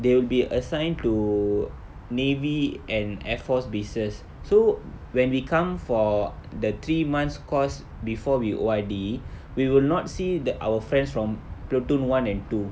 they'll be assigned to navy and air force bases so when we come for the three months course before we O_R_D we will not see th~ our friends from platoon one and two